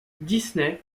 disney